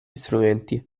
strumenti